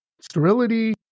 sterility